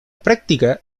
práctica